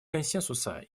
консенсуса